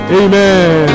amen